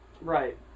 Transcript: Right